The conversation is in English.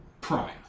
Prime